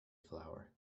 flower